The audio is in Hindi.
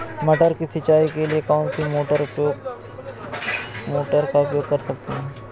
मटर की सिंचाई के लिए कौन सी मोटर का उपयोग कर सकते हैं?